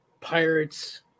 Pirates